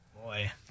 boy